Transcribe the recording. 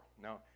Now